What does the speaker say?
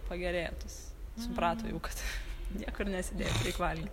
pagerėjo tas suprato jau kad niekur nesidės reik valgyt